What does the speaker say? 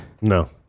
No